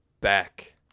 back